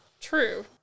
True